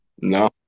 No